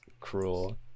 cruel